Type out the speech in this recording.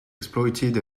exploited